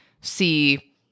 see